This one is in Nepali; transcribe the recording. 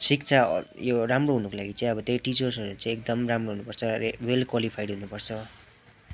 शिक्षा यो राम्रो हुनुको लागि चाहिँ अब त्यही टिचर्सहरू एकदम राम्रो हुनु पर्छ वेल क्वालिफाइड हुनु पर्छ